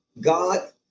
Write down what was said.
God